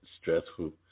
stressful